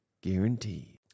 guaranteed